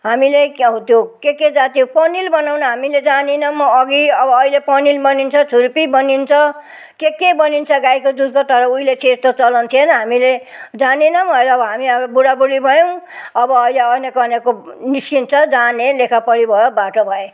हामीले क्या हो त्यो के के जाती पनिर बनाउन हामीले जानेनौँ अघि अब अहिले पनिर बनिन्छ छुर्पी बनिन्छ के के बनिन्छ गाईको दुधको तर उहिले त्यस्तो चलन थिएन हामीले जानेनौँ अहिले अब हामी अब बुढाबुढी भयौँ अब अहिले अनेक अनेकको निस्किन्छ जाने लेखापढी भयो बाठो भए